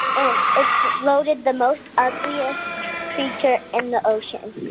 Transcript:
and it's voted the most ugliest creature in the ocean.